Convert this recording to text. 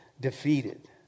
defeated